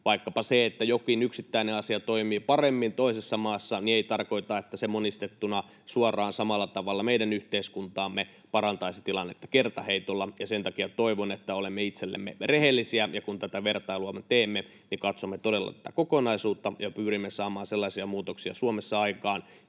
Vaikkapa se, että jokin yksittäinen asia toimii paremmin toisessa maassa, ei tarkoita sitä, että se monistettuna suoraan samalla tavalla parantaisi meidän yhteiskuntamme tilannetta kertaheitolla. Sen takia toivon, että olemme itsellemme rehellisiä, kun tätä vertailua teemme ja katsomme todella tätä kokonaisuutta ja pyrimme saamaan Suomessa aikaan